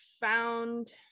found